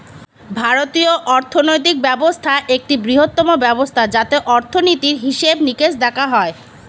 ভারতীয় অর্থনৈতিক ব্যবস্থা একটি বৃহত্তম ব্যবস্থা যাতে অর্থনীতির হিসেবে নিকেশ দেখা হয়